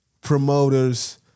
promoters